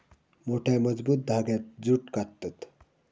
मोठ्या, मजबूत धांग्यांत जूट काततत